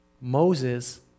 Moses